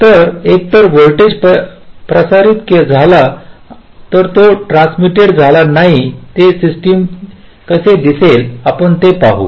तर एकतर व्होल्टेज प्रसारित झाला किंवा तो ट्रान्स्मिटटेड झाला नाही हे स्विचेस कसे दिसेल हे आपण पाहू